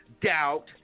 doubt